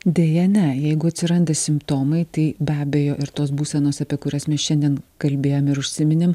deja ne jeigu atsiranda simptomai tai be abejo ir tos būsenos apie kurias mes šiandien kalbėjom ir užsiminėm